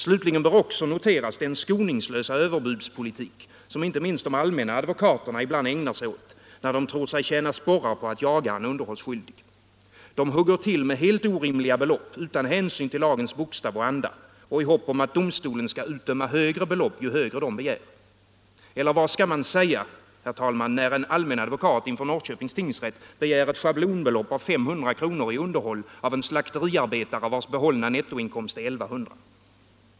Slutligen bör också noteras den skoningslösa överbudspolitik som inte minst de allmänna advokaterna ibland ägnar sig åt när de tror sig tjäna sporrar på att jaga en underhållsskyldig, De hugger till med helt orimliga belopp utan hänsyn till lagens bokstav och anda och i hopp om att domstolen skall utdöma högre belopp ju högre de begär. Eller vad skall man säga, när en allmän advokat inför Norrköpings tingsrätt begär ett schablonbelopp av 500 kr. i underhåll av en slakteriarbetare, vars behållna nettoinkomst är 1 100 kr.?